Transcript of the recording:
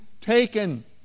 taken